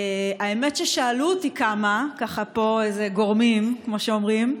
האמת ששאלו אותי ככה פה כמה גורמים, כמו שאומרים,